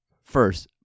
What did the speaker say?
first